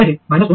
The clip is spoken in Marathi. तर हे 2